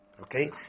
Okay